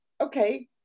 okay